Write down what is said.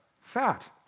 fat